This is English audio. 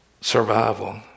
survival